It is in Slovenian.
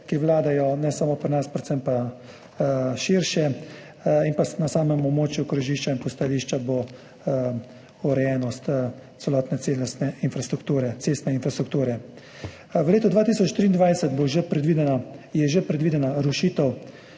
ki vladajo ne samo pri nas, ampak predvsem širše, in na samem območju krožišča in postajališča bo urejenost celotne cestne infrastrukture. V letu 2023 je že predvidena rušitev